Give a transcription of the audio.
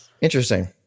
Interesting